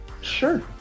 sure